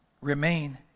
remain